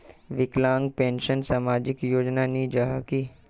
विकलांग पेंशन सामाजिक योजना नी जाहा की?